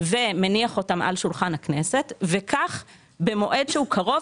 ומניח אותן על שולחן הכנסת וכך במועד שהוא קרוב